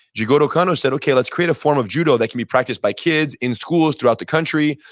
jigoro kano said, okay, let's create a form of judo that can be practiced by kids in schools throughout the country,